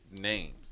names